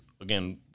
again